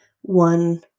one